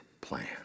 plan